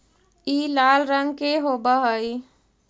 ई लाल रंग के होब हई